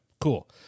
cool